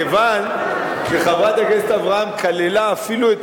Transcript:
כיוון שחברת הכנסת אברהם כללה אפילו את